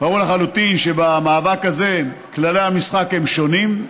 ברור לחלוטין שבמאבק הזה כללי המשחק הם שונים: